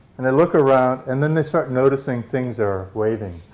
and they look around, and then they start noticing things are waving.